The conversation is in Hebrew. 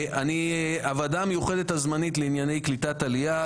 הוועדה המיוחדת הזמנית לענייני קליטת עלייה,